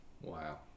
Wow